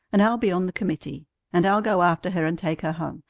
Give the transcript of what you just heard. and i'll be on the committee and i'll go after her and take her home.